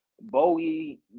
Bowie